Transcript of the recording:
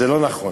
וזה לא נכון.